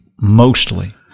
mostly